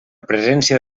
presència